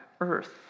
earth